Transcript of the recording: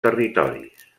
territoris